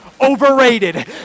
overrated